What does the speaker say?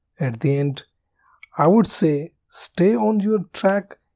at the end i would say stay on your track,